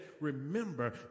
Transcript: remember